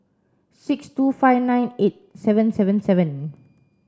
six two five nine eight seven seven seven